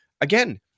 Again